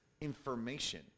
information